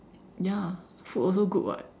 ya food also good [what]